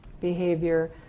behavior